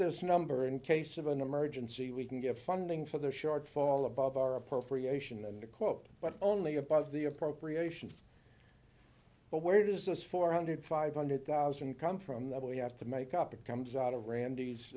this number in case of an emergency we can get funding for the shortfall above our appropriation and a quote but only a part of the appropriations but where does this four hundred five hundred thousand come from that we have to make up comes out of randi's